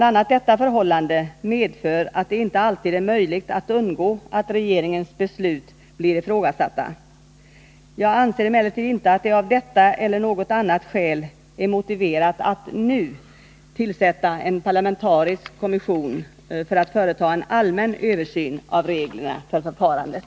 a. detta förhållande medför att det inte alltid är möjligt att undgå att regeringens beslut blir ifrågasatta. Jag anser emellertid inte att det av detta eller något annat skäl är motiverat att nu tillsätta en parlamentarisk kommission för att företa en allmän översyn av reglerna för förfarandet.